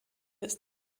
ist